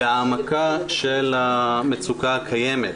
והעמקה של המצוקה הקיימת,